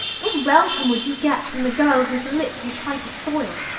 what welcome would you get from the girl whose lips you tried to soil,